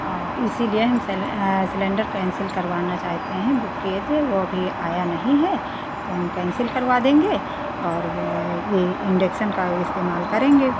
और इसीलिए हम सेल सेलेन्डर केन्सिल करवाना चाहते हैं वो किए थे वो अभी आया नहीं है तो हम केन्सिल करवा देंगे और ये इंडक्शन का इस्तेमाल करेंगे